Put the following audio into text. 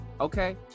Okay